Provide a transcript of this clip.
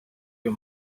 ayo